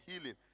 healing